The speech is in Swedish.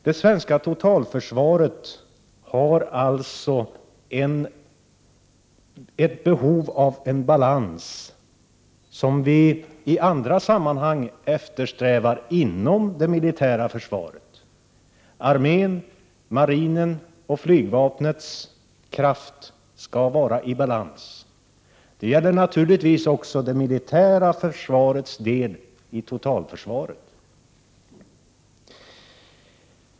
Det svenska totalförsvaret har alltså behov av en balans som vi i andra sammanhang eftersträvar inom det militära försvaret. Arméns, marinens och flygvapnets kraft skall vara i balans. Det gäller naturligtvis också det militära försvarets del av totalförsvaret.